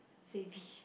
savvy